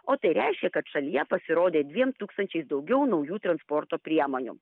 o tai reiškia kad šalyje pasirodė dviem tūkstančiais daugiau naujų transporto priemonių